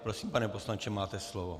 Prosím, pane poslanče, máte slovo.